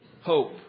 Hope